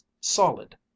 solid